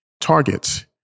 targets